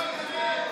צבוע.